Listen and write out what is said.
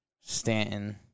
Stanton